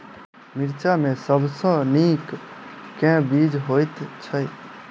मिर्चा मे सबसँ नीक केँ बीज होइत छै?